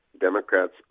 Democrats